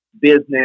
business